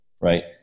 right